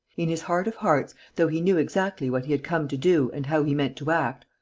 in his heart of hearts, though he knew exactly what he had come to do and how he meant to act,